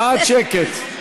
מעט שקט.